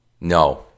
No